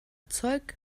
zeug